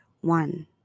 one